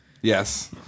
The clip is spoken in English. Yes